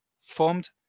formed